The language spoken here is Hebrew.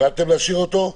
החלטתם להשאיר אותו?